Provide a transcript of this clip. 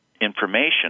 information